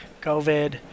COVID